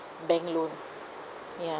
bank loan ya